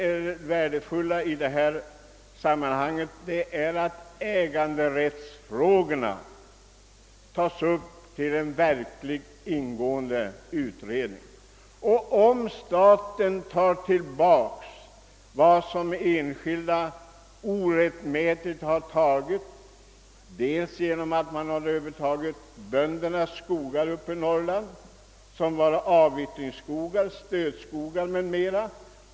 Det angelägna i detta sammanhang är att äganderättsförhållandena tas upp till en verkligt ingående undersökning. Staten har rätt att ta tillbaka mark som enskilda orättmätigt förvärvat t.ex. genom övertagande av bondeskog i Norrland i form av avyttringsskogar, stödskogar m.m.